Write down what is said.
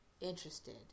interested